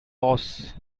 loss